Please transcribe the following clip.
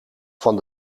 van